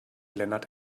lennart